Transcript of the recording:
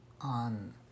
on